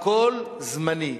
הכול זמני.